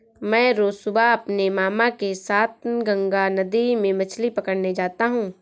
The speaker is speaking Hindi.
मैं रोज सुबह अपने मामा के साथ गंगा नदी में मछली पकड़ने जाता हूं